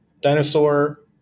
Dinosaur